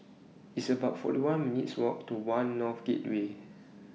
It's about forty one minutes' Walk to one North Gateway